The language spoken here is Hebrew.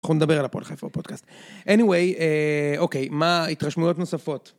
אנחנו נדבר על הפודקאסט. איניווי, אוקיי, מה התרשמויות נוספות?